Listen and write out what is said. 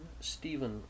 Stephen